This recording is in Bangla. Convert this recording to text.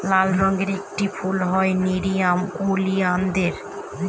লাল রঙের একটি ফুল হয় নেরিয়াম ওলিয়ানদের